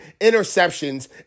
interceptions